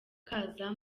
kaza